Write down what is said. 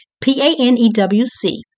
P-A-N-E-W-C